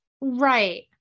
Right